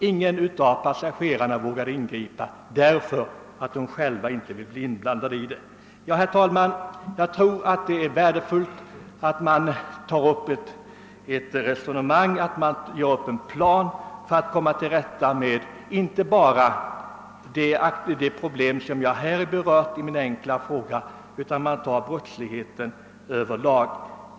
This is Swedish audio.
Ingen av passagerarna vågade ingripa, därför att de själva inte ville bli inblandade i bråket. Herr talman! Jag tror det är värdefullt att ta upp ett resonemang och utarbeta en plan för att komma till rätta med inte bara de problem som jag har berört i min enkla fråga utan brottsligheten över huvud taget.